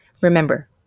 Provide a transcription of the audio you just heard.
Remember